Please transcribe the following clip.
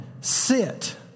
Sit